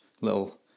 little